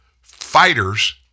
fighters